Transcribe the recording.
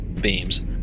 beams